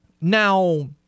Now